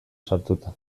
sartuta